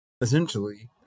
essentially